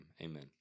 amen